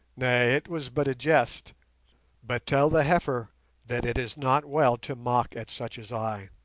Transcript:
nay, it was but a jest but tell the heifer that it is not well to mock at such as i.